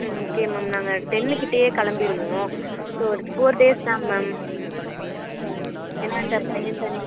ம் okay ma'am நாங்கள் டென்னுக்கிட்டேயே கிளம்பிருவோம் ஸோ ஒரு ஃபோர் டேஸ் தான் மேம் ம் ஏன்னா பையன் தனி